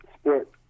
sport